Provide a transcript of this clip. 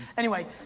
anyway,